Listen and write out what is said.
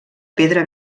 pedra